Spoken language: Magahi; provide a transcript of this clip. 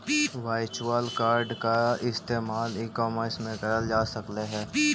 वर्चुअल कार्ड का इस्तेमाल ई कॉमर्स में करल जा सकलई हे